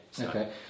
okay